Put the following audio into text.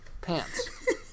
pants